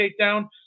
takedown